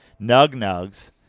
Nug-nugs